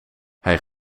hij